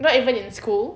not even in school